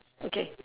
okay